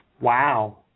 Wow